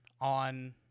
on